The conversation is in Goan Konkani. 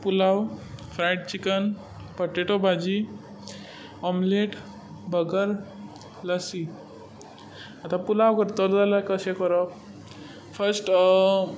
pulao fried chicken potato bhaji omelette burger lassi आतां पुलाव करतलो जाल्यार कशें करप फश्ट